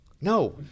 no